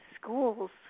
schools